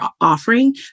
offering